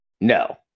No